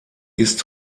ist